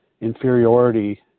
inferiority